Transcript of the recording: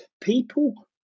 people